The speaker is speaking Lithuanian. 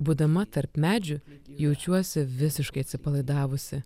būdama tarp medžių jaučiuosi visiškai atsipalaidavusi